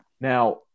Now